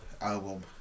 album